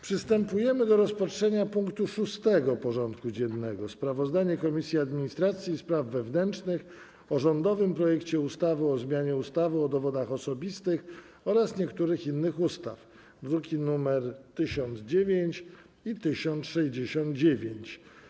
Przystępujemy do rozpatrzenia punktu 6. porządku dziennego: Sprawozdanie Komisji Administracji i Spraw Wewnętrznych o rządowym projekcie ustawy o zmianie ustawy o dowodach osobistych oraz niektórych innych ustaw (druki nr 1009 i 1069)